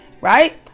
Right